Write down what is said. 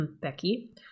Becky